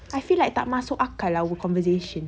I feel like tak masuk akal our conversation